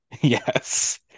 Yes